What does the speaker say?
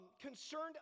concerned